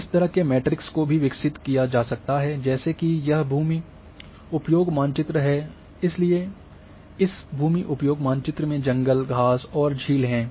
इस तरह के मैट्रिक्स को भी विकसित किया जा सकता है जैसे कि यह भूमि उपयोग मानचित्र है इसलिए इस भूमि उपयोग मानचित्र में जंगल घास और झील हैं